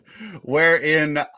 Wherein